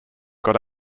got